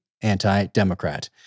anti-Democrat